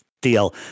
deal